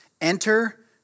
Enter